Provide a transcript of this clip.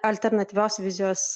alternatyvios vizijos